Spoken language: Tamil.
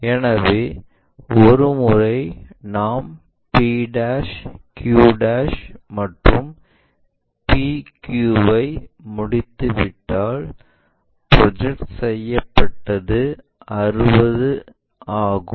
எனவே ஒரு முறை நாம் pq மற்றும் pq ஐ முடித்துவிட்டால் ப்ரொஜெக்ட் செய்யப்பட்டது 60 ஆகும்